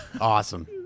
Awesome